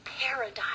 paradise